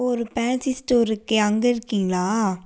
ஒரு fancy store இருக்கும் அங்கே இருக்கீங்களா